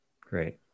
Great